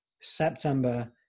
September